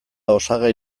osagai